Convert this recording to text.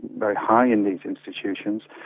very high in these institutions.